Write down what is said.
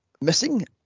missing